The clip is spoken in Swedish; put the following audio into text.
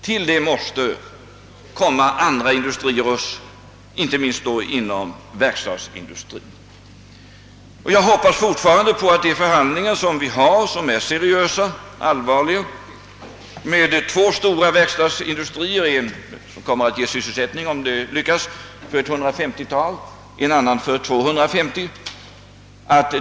Till detta måste komma andra industrier, inte minst verkstadsindustri. Jag hoppas fortfarande att de seriösa förhandlingar, som nu pågår med två stora verkstadsindustrier, skall leda till att sysselsättning kan beredas åt omkring 150 respektive 250 personer.